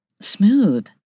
smooth